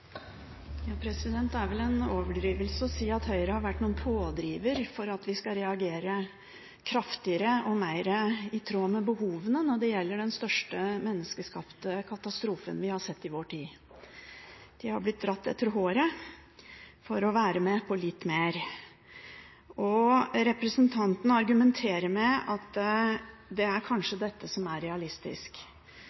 vel en overdrivelse å si at Høyre har vært en pådriver for at vi skal reagere kraftigere og mer i tråd med behovene når det gjelder den største menneskeskapte katastrofen vi har sett i vår tid. De har blitt dratt etter håret for å være med på litt mer. Representanten argumenter med at det kanskje er dette som er realistisk.